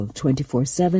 24-7